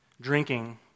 drinking